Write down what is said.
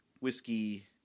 whiskey